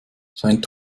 scheint